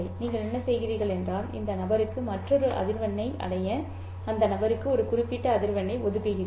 நீங்கள் என்ன செய்கிறீர்கள் என்றால் இந்த நபருக்கு மற்றொரு அதிர்வெண்ணை அடைய இந்த நபருக்கு ஒரு குறிப்பிட்ட அதிர்வெண்ணை ஒதுக்குகிறீர்கள்